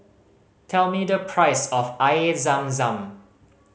tell me the price of Air Zam Zam